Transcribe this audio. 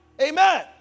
Amen